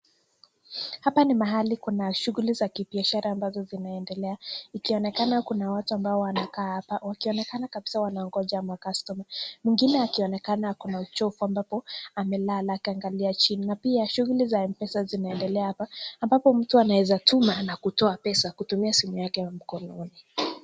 Hapa ni mahali kuna shughuli za kibiashara ambazo zinaendelea. Ikionekana kuna watu ambao wanakaa hapa wakionekana kabisa wanaongoja ma-customer. Mwingine akionekana ako na uchovu ambapo amelala akiangalia chini. Na pia shughuli za M-Pesa zinaendelea hapa ambapo mtu anaweza tuma na kutoa pesa kutumia simu yake ya mkononi.